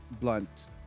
blunt